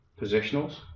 positionals